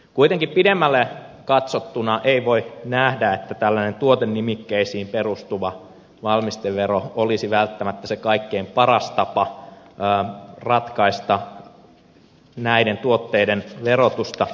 kuitenkaan pidemmälle katsottuna ei voi nähdä että tällainen tuotenimikkeisiin perustuva valmistevero olisi välttämättä se kaikkein paras tapa ratkaista näiden tuotteiden verotusta